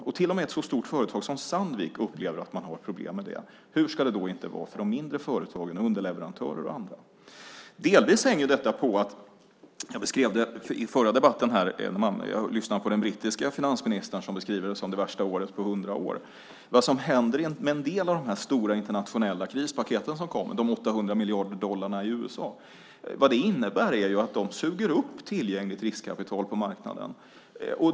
Om till och med ett så stort företag som Sandvik upplever att man har problem med det, hur ska det då inte vara för de mindre företagen, underleverantörer och andra? Delvis hänger detta på det som jag beskrev i förra debatten. Jag lyssnade på den brittiska finansministern, som beskriver det som det värsta året på 100 år. Vad som händer med en del av de stora internationella krispaket som kommit, som de 800 miljarderna dollar i USA, är att de suger upp tillgängligt riskkapital på marknaden.